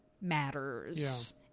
matters